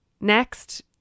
next